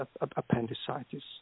appendicitis